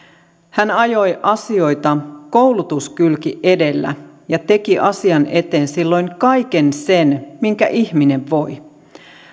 hän ajoi asioita koulutuskylki edellä ja teki asian eteen silloin kaiken sen minkä ihminen voi